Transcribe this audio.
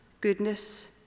goodness